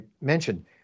mentioned